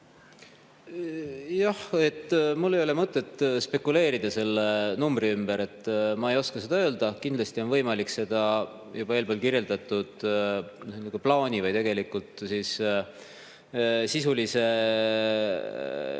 Jah, mul ei ole mõtet spekuleerida selle numbri ümber, ma ei oska seda öelda. Kindlasti on võimalik seda juba eespool kirjeldatud plaani või tegelikult sisulise